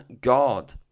God